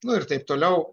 nu ir taip toliau